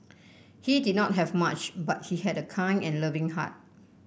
he did not have much but he had a kind and loving heart